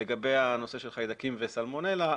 לגבי הנושא של חיידקים וסלמונלה,